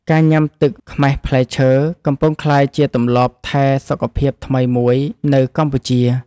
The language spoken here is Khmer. ការញ៉ាំទឹកខ្មេះផ្លែឈើ កំពុងក្លាយជាទម្លាប់ថែសុខភាពថ្មីមួយនៅកម្ពុជា។